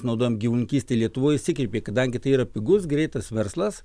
naudojam gyvulininkystėj lietuvoj išsikreipė kadangi tai yra pigus greitas verslas